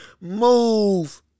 move